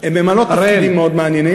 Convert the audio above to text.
הן ממלאות תפקידים מאוד מעניינים.